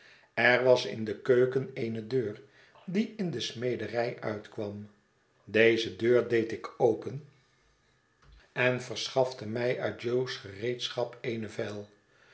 er was in de keuken eene deur die in de smederij uitkwam deze deur deed ik open en verschafte mij uit jo's gereedschap